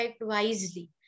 wisely